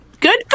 Good